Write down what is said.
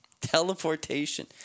Teleportation